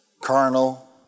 carnal